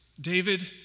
David